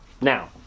now